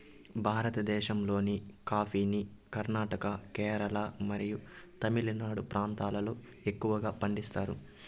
భారతదేశంలోని కాఫీని కర్ణాటక, కేరళ మరియు తమిళనాడు ప్రాంతాలలో ఎక్కువగా పండిస్తారు